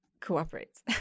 cooperates